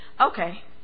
Okay